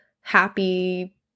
happy